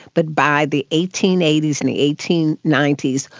but by the eighteen eighty s and the eighteen ninety s,